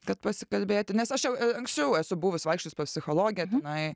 kad pasikalbėti nes aš jau anksčiau esu buvus vaikščiojus pas psichologę tenai